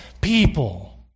people